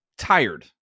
tired